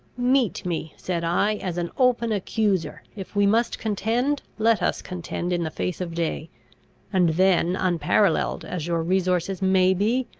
meet me, said i, as an open accuser if we must contend, let us contend in the face of day and then, unparalleled as your resources may be,